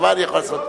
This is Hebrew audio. מה אני יכול לעשות.